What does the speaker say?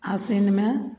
आसीनमे